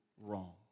wrong